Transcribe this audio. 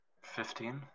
Fifteen